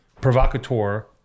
provocateur